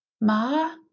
Ma